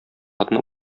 атны